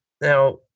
Now